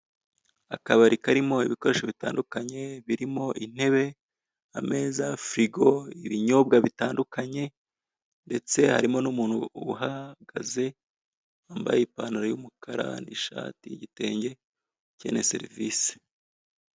Akabari karimo ibikoresho bitandukanye birimo intebe, ameza, firigo ibinyobwa bitandukanye ndetse harimo n'umuntu uhagaze wambaye ipantaro y'umukara n'ishati y'igitenge, ukeneye serivisi.